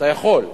אתה יכול: